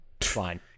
Fine